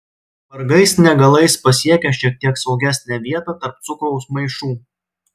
vargais negalais pasiekia šiek tiek saugesnę vietą tarp cukraus maišų